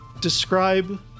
Describe